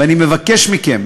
ואני מבקש מכם,